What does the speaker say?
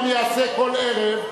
אני אעשה כל ערב,